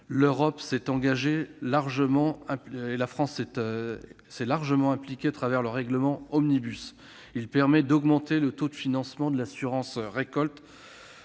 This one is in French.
concrète des agriculteurs, l'Europe s'est largement impliquée à travers le règlement Omnibus. Il permet d'augmenter le taux de financement de l'assurance récolte